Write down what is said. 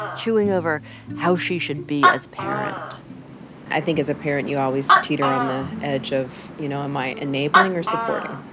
chewing over how she should be as a parent i think as a parent, you always teeter on the edge of, you know, am i enabling or supporting?